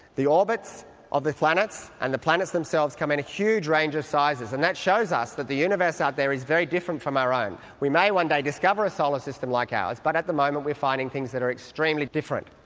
the orbits of the planets and the planets themselves come in a huge range of sizes and that shows us that the universe out there is very different from our own. we may one day discover a solar system like ours but at the moment we're finding things that are extremely different.